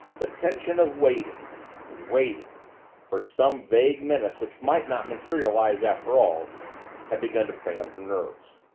the tension of waiting waiting for some vague menace which might not materialize after all had begun to prey on her nerves.